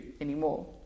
anymore